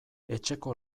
etxeko